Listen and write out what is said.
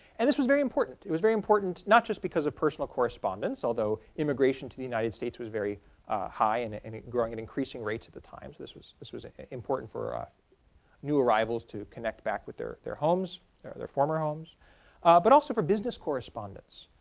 and this was very important. it was very important not just because of personal correspondence ah though immigration to the united states was very high and and growing at and increasing rates at the times, this was this was important for new arrivals to connect back with their their homes, their their former homes but also for business correspondence,